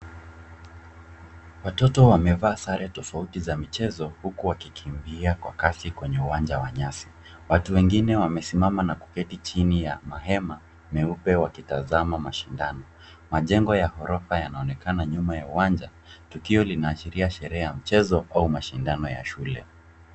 Watoto wamevaa sare tofauti za michezo huku wakikimbia kwa kasi kwenye uwanja wa nyasi. Watu wengine wamesimama na kuketi chini ya mahema meupe wakitazama mashindano. Majengo ya ghorofa yanaonekana nyuma ya uwanja. Tukio linaashiria sherehe ya mchezo au mashindano ya shule.